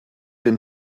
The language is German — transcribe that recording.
den